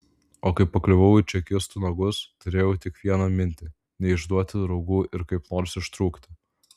o kai pakliuvau į čekistų nagus turėjau tik vieną mintį neišduoti draugų ir kaip nors ištrūkti